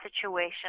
situation